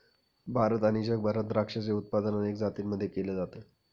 भारत आणि जगभरात द्राक्षाचे उत्पादन अनेक जातींमध्ये केल जात